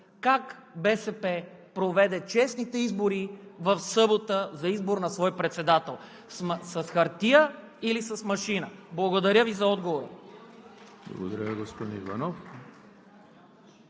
как БСП проведе честните избори в събота за избор на свой председател – с хартия или с машина? Благодаря Ви за отговора. (Ръкопляскания